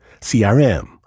CRM